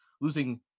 Losing